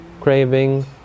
craving